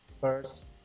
first